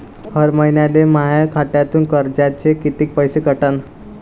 हर महिन्याले माह्या खात्यातून कर्जाचे कितीक पैसे कटन?